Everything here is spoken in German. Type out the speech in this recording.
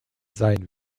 sein